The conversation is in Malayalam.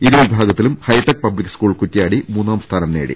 ഇരു വിഭാഗങ്ങളിലും ഹൈടെക് പബ്ലിക് സ്കൂൾ കുറ്റ്യാടി മൂന്നാം സ്ഥാനം നേടി